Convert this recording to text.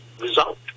result